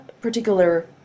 particular